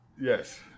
Yes